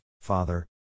father